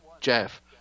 Jeff